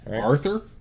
Arthur